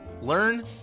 Learn